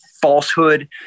falsehood